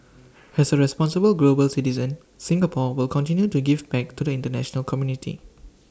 as A responsible global citizen Singapore will continue to give back to the International community